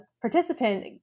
participant